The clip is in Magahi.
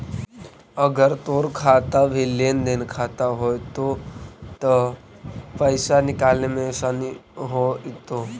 अगर तोर खाता भी लेन देन खाता होयतो त पाइसा निकाले में आसानी होयतो